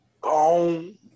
Gone